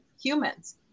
humans